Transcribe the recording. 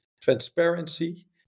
transparency